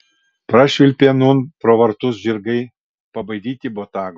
prašvilpė nūn pro vartus žirgai pabaidyti botago